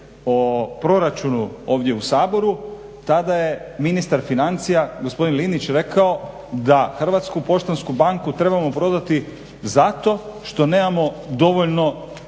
o proračunu ovdje u Saboru tada je ministar financija gospodin Linić rekao da Hrvatsku poštansku banku trebamo prodati zato što nemamo dovoljno